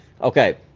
okay